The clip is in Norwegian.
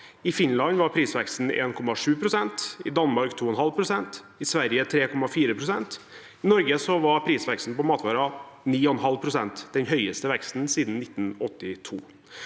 I Finland var prisveksten 1,7 pst., i Danmark 2,5 pst. og i Sverige 3,4 pst. I Norge var prisveksten på matvarer 9,5 pst., den høyeste veksten siden 1982.